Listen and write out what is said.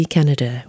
Canada